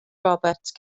roberts